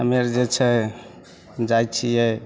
हमे आर जे छै जाइ छिए